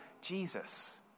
Jesus